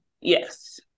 Yes